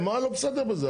מה לא בסדר בזה?